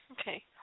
Okay